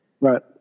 right